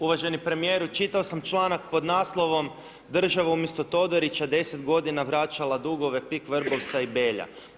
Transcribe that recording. Uvaženi premjeru, čitao sam članak, pod naslovom „Država umjesto Todorića 10 g. vraćala dugove Pik Vrbovca i Belja“